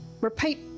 repeat